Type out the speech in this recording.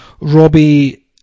Robbie